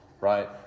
right